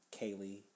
Kaylee